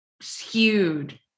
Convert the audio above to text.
skewed